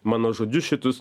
mano žodžius šitus